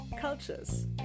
cultures